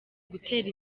gutera